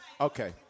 Okay